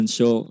Show